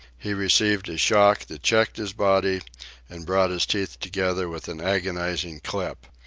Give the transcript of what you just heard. he received a shock that checked his body and brought his teeth together with an agonizing clip.